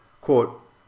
Quote